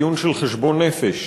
דיון של חשבון נפש,